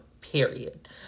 period